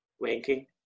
Winking